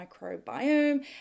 microbiome